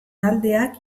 taldeak